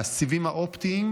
הסיבים האופטיים,